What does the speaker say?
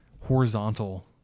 horizontal